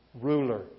ruler